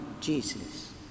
Jesus